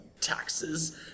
Taxes